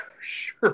sure